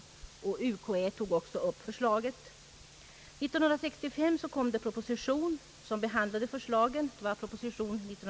Också UKäÄ tog upp förslaget. behandlade förslagen.